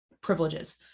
privileges